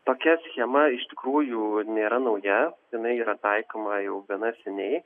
tokia schema iš tikrųjų nėra nauja jinai yra taikoma jau gana seniai